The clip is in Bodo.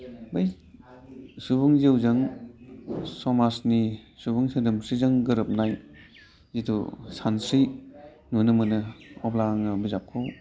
बै सुबुं जिउजों समाजनि सुबुं सोदोमस्रिजों गोरोबनाय जिथु सान्स्रि नुनो मोनो अब्ला आङो बिजाबखौ